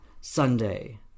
Sunday